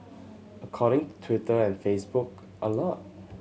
according to Twitter and Facebook a lot